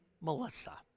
Melissa